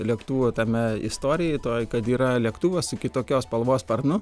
lėktuvo tame istorijoj toj kad yra lėktuvas su kitokios spalvos sparnu